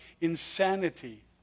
insanity